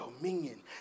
dominion